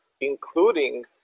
including